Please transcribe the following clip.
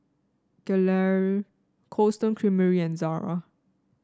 Gelare Cold Stone Creamery and Zara